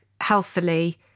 healthily